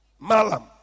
Malam